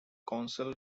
council